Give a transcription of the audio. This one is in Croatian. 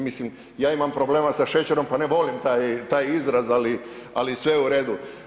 Mislim, ja imam problema sa šećerom pa ne volim taj izraz, ali sve u redu.